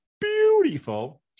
beautiful